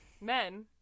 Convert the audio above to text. Men